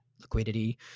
liquidity